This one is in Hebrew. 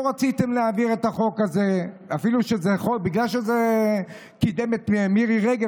לא רציתם להעביר את החוק הזה בגלל שזה קידם את מירי רגב,